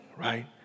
right